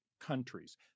countries